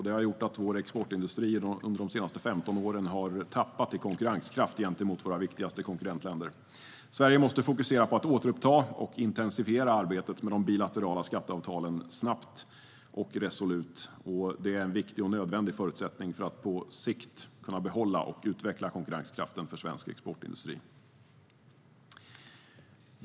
Det har gjort att vår exportindustri under de senaste 15 åren har tappat i konkurrenskraft gentemot våra viktigaste konkurrentländer. Sverige måste fokusera på att återuppta och intensifiera arbetet med de bilaterala skatteavtalen snabbt och resolut. Detta är en viktig och nödvändig förutsättning för att på sikt kunna behålla och utveckla konkurrenskraften för svensk exportindustri.